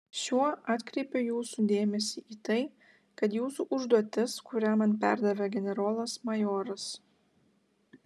šiuo atkreipiu jūsų dėmesį į tai kad jūsų užduotis kurią man perdavė generolas majoras